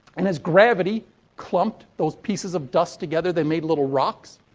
and as gravity clumped those pieces of dust together, they made little rocks.